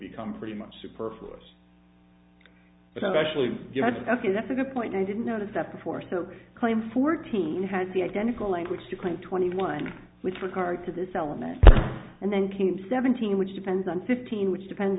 become pretty much superfluous but actually you had to ask is that a good point i didn't notice that before so claim fourteen has the identical language to claim twenty one with regard to this element and then came seventeen which depends on fifteen which depends